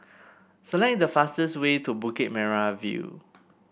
select the fastest way to Bukit Merah View